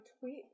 tweet